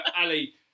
Ali